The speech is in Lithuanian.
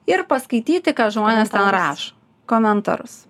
ir paskaityti ką žmonės ten rašo komentarus